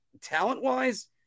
talent-wise